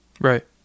right